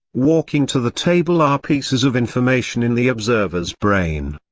walking to the table are pieces of information in the observer's brain.